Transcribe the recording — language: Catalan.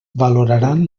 valoraran